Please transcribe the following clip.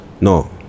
No